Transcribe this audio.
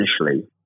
initially